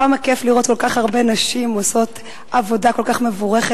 כמה כיף לראות כל כך הרבה נשים עושות עבודה כל כך מבורכת.